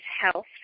health